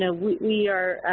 ah we are